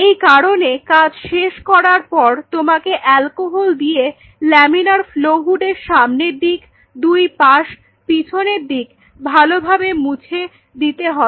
এই কারণে কাজ শেষ করার পর তোমাকে অ্যালকোহল দিয়ে লামিনার ফ্লও হুডের সামনের দিক দুই পাশ পিছনের দিক ভালোভাবে মুছে দিতে হবে